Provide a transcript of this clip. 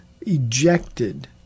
ejected